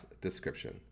description